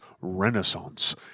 Renaissance